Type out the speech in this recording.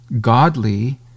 godly